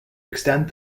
extend